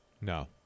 No